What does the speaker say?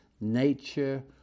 nature